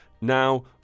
Now